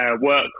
work